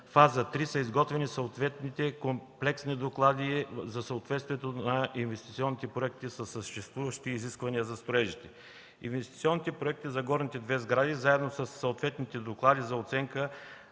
фаза 3, са изготвени съответните комплексни доклади за съответствието на инвестиционните проекти със съществуващите изисквания за строежите. Инвестиционните проекти за горните две сгради, заедно със съответните доклади за оценка